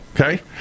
okay